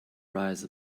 rise